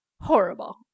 Horrible